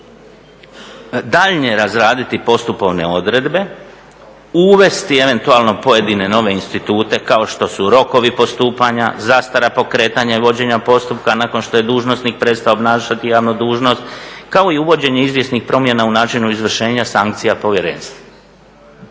daljnje razraditi postupovne odredbe, uvesti eventualno pojedine nove institute kao što su rokovi postupanja, zastara pokretanja i vođenja postupka nakon što je dužnosnik prestao obnašati javnu dužnost, kao i uvođenje izvjesnih promjena u načinu izvršenja sankcija povjerenstva.